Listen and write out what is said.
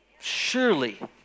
surely